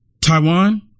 Taiwan